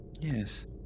Yes